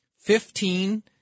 Fifteen